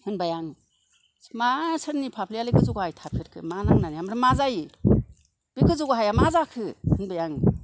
होनबाय आङो मा सोरनि फाफ्लियालाय गोजौ गाहाइ थाफेरखो मा नांनानै आमफ्राय मा जायो बे गोजौ गाहाइआ मा जाखो होनबाय आङो